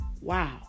Wow